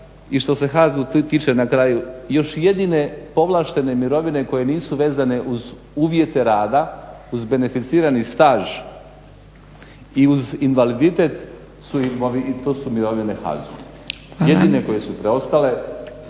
I što se HAZU tiče na kraju još jedine povlaštene mirovine koje nisu vezane uz uvjete rada, uz beneficirani staž i uz invaliditet su mirovine HAZU, jedine koje su preostale.